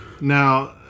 Now